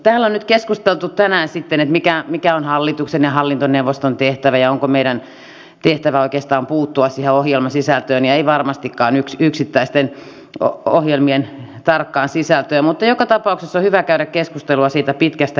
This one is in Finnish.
täällä on keskusteltu tänään mikä on hallituksen ja hallintoneuvoston tehtävä ja onko meidän tehtävämme oikeastaan puuttua siihen ohjelmasisältöön ja ei varmastikaan yksittäisten ohjelmien tarkkaan sisältöön mutta joka tapauksessa on hyvä käydä keskustelua siitä pitkästä linjasta